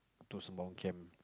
those monk camp